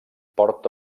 porta